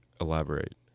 Elaborate